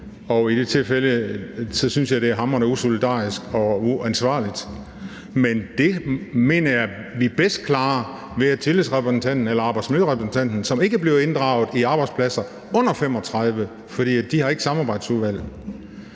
og i de tilfælde synes jeg det er hamrende usolidarisk og uansvarligt. Men det mener jeg vi bedst klarer ved tillidsrepræsentanten eller arbejdsmiljørepræsentanten, som ikke bliver inddraget på arbejdspladser med under 35 ansatte, fordi de ikke har samarbejdsudvalg.